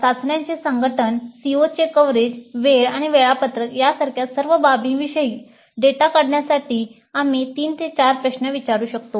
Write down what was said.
चाचण्यांचे संघटन CO coverage वेळ आणि वेळापत्रक यासारख्या सर्व बाबींविषयी डेटा काढण्यासाठी आम्ही 3 4 प्रश्न विचारू शकतो